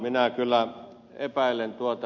minä kyllä epäilen tuota